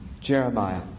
Jeremiah